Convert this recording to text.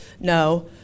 No